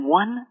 one